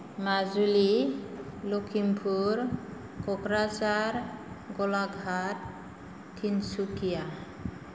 Majuli Lakhimpur Kokrajhar Golaghat Tinsukia